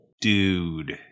dude